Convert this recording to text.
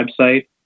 website